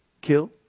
Kill